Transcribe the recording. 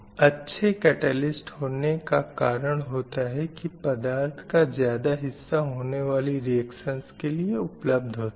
अच्छे कैटलिस्ट होने का कारण होता है की पदार्थ का ज़्यादा हिस्सा होने वाली रीऐक्शन के लिए उपलब्ध होता है